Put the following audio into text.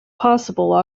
possible